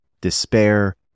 despair